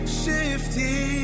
shifty